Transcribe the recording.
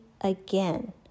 again